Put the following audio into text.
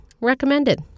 Recommended